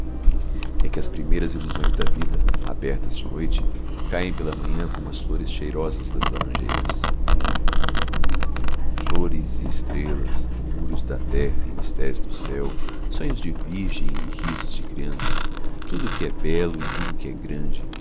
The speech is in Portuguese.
é que as primeiras ilusões da vida abertas de noite caem pela manhã como as flores cheirosas das laranjeiras flores e estrelas murmúrios da terra e mistérios do céu sonhos de virgem e risos de criança tudo o que é belo e tudo o que é grande